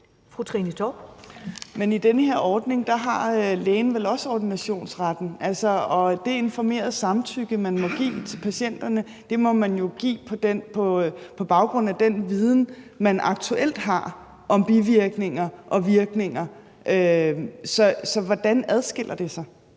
i den her ordning har lægen vel også ordinationsretten, og det informerede samtykke, patienterne må give, gives jo på baggrund af den viden, man aktuelt har, om bivirkninger og virkninger. Så hvordan adskiller det sig?